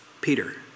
Peter